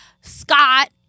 Scott